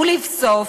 ולבסוף,